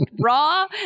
raw